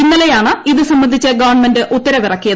ഇന്നലെയാണ് ഇത് സംബന്ധിച്ച് ഗവൺമെന്റ് ഉത്തരവിറക്കി